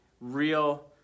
real